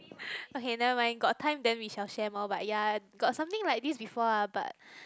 okay never mind got time then we shall share more but ya got something like this before ah but